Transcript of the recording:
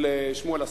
של שמואל הספרי: